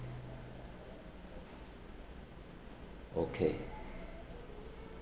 okay